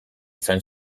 izan